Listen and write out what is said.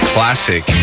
Classic